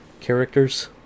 characters